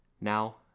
Now